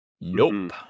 Nope